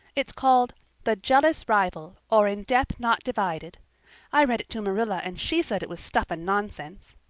it's called the jealous rival or in death not divided i read it to marilla and she said it was stuff and nonsense.